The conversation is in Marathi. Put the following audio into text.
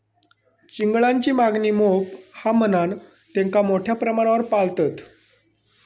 चिंगळांची मागणी मोप हा म्हणान तेंका मोठ्या प्रमाणावर पाळतत